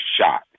shot